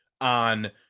on